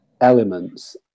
elements